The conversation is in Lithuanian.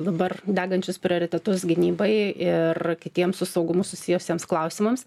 dabar degančius prioritetus gynybai ir kitiem su saugumu susijusiems klausimams